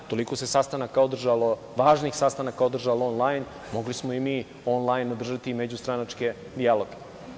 Toliko se sastanaka održalo, važnih sastanaka održalo on-lajn, mogli smo i mi on-lajn održati i međustranačke dijaloge.